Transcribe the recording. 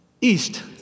East